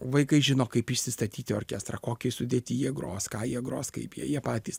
vaikai žino kaip išsistatyti orkestrą kokį sudėtyje gros ką jie gros kaip jie jie patys